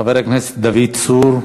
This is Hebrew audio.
חבר הכנסת דוד צור.